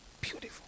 beautiful